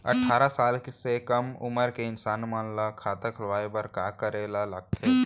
अट्ठारह साल से कम उमर के इंसान मन ला खाता खोले बर का करे ला लगथे?